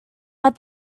but